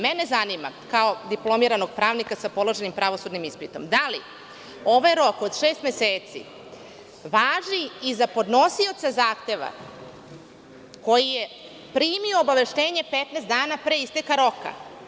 Mene zanima, kao diplomiranog pravnika sa položenim pravosudnim ispitom - da li ovaj rok od šest meseci važi i za podnosioca zahteva koji je primio obaveštenje 15 dana pre isteka roka?